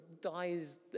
dies